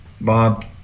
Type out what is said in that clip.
Bob